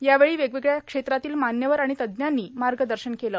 यावेळी वेगवेगळ्या क्षेत्रातील मान्यवरए तज्ञांनी मार्गदर्शन केले